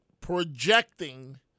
projecting